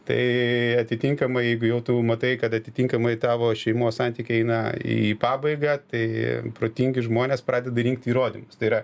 tai atitinkamai jeigu jau tu matai kad atitinkamai tavo šeimos santykiai eina į pabaigą tai protingi žmonės pradeda rinkti įrodymus tai yra